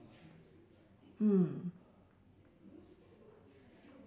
hmm